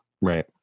Right